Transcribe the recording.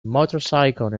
motorcycle